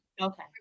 okay